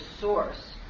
source